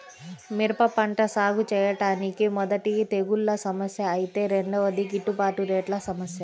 మిరప పంట సాగుచేయడానికి మొదటిది తెగుల్ల సమస్య ఐతే రెండోది గిట్టుబాటు రేట్ల సమస్య